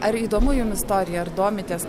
ar įdomu jums istorija ar domitės